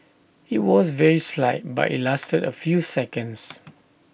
IT was very slight but IT lasted A few seconds